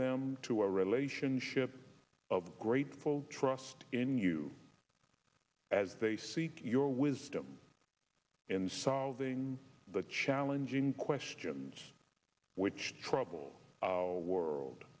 them to a relationship of grateful trust in you as they seek your wisdom in solving the challenging questions which trouble our world